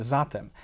Zatem